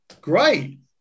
Great